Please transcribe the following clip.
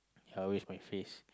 yeah always my face